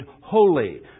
holy